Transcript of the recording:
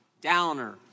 Downer